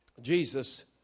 Jesus